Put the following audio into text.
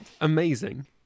Amazing